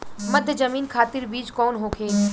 मध्य जमीन खातिर बीज कौन होखे?